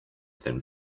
than